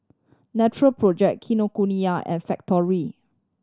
Natural Project Kinokuniya and Factorie